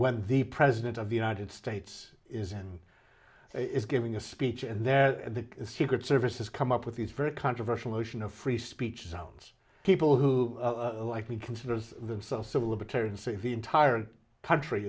when the president of the united states is and is giving a speech and then the secret service has come up with these very controversial notion of free speech zones people who likely considers themselves civil libertarians see the entire country